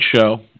show